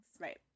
Right